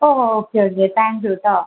oh okay okay thank you കേട്ടോ